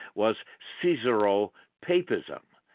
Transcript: was caesural papism.